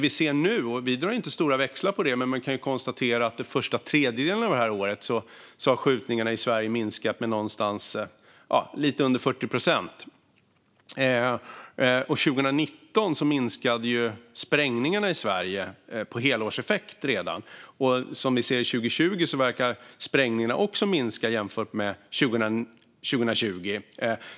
Vi ser nu, utan att dra några stora växlar på det, att under den första tredjedelen av det här året har skjutningarna i Sverige minskat med lite under 40 procent. Och redan 2019 minskade sprängningarna i Sverige, sett till helårseffekt. Vi ser att sprängningarna verkar ha minskat också 2020.